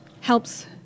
helps